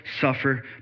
suffer